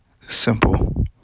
simple